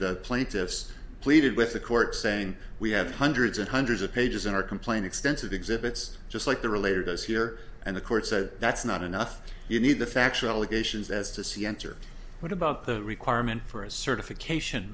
the plaintiffs pleaded with the court saying we have hundreds and hundreds of pages in our complain extensive exhibits just like the relator has here and the court said that's not enough you need the factual allegations as to see enter what about the requirement for a certification